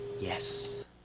Yes